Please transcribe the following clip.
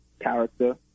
character